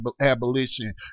abolition